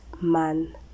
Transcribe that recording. man